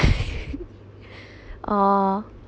oh